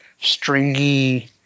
stringy